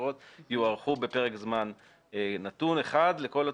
הקצרות יוארכו בפרק זמן נתון אחד לכל התקופות.